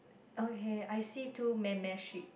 okay I see two meh meh sheep